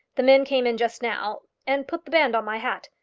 the men came in just now, and put the band on my hat,